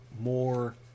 more